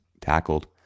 tackled